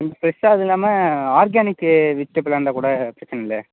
பெருசாக எதுவும் இல்லாமல் ஆர்கானிக்கு விஜிடபிளாக இருந்தாக்கூட பிரச்சனை இல்லை